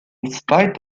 spite